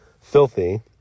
filthy